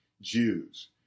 Jews